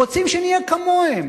רוצים שנהיה כמוהם.